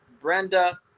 Brenda